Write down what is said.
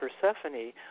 Persephone